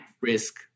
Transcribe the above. risk